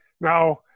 Now